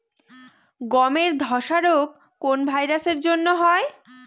গমের ধসা রোগ কোন ভাইরাস এর জন্য হয়?